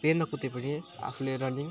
प्लेनमा कुद्यो भने आफूले रनिङ